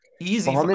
Easy